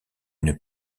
une